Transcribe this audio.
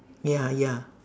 ya ya